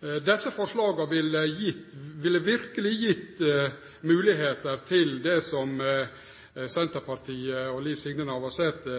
Desse forslaga ville verkelig gitt moglegheit for det som Senterpartiet og Liv Signe Navarsete